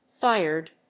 fired